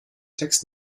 text